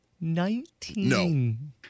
Nineteen